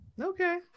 okay